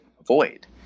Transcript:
avoid